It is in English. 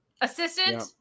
Assistant